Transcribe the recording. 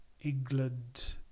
England